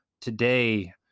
Today